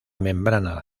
membrana